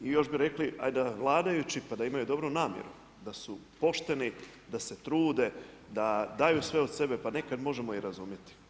I još bi rekli, hajde da vladajući pa da imaju dobru namjeru da su pošteni, da se trude, da daju sve od sebe, pa nekada možemo i razumjeti.